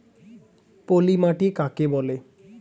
পলি মাটি কাকে বলে?